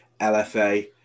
lfa